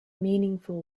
meaningful